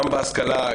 גם בהשכלה,